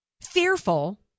Fearful